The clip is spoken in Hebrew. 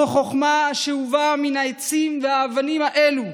זו חוכמה השאובה מן העצים והאבנים האלו,